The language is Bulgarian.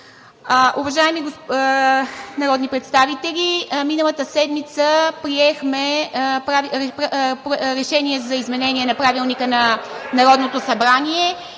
Уважаеми народни представители миналата седмица приехме Решение за изменение на Правилника на Народното събрание.